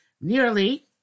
Nearly